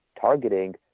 targeting